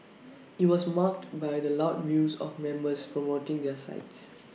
IT was marked by the loud views of members promoting their sides